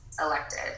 elected